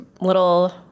little